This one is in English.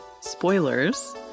spoilers